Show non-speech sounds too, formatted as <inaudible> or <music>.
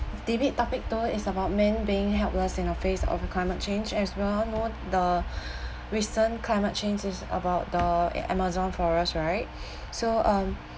debate topic two is about men being helpless in the face of climate change as well known the recent climate change is about the amazon forest right <breath> so um